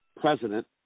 president